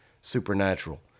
Supernatural